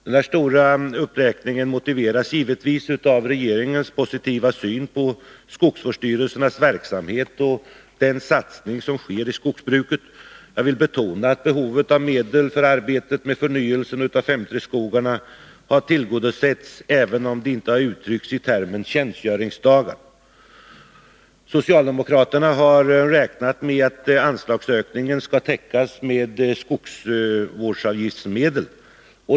Den stora uppräkningen motiveras givetvis av regeringens positiva syn på skogsvårdsstyrelsernas verksamhet och den satsning som sker i skogsbruket. Jag vill betona att behovet av medel för arbetet med förnyelsen av 5:3-skogarna har tillgodosetts, även om det inte har uttryckts i termen tjänstgöringsdagar. Socialdemokraterna har räknat med att anslagsökningen skall täckas med skogsvårdsavgiftsmedel.